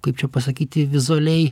kaip čia pasakyti vizualiai